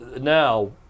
now